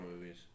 movies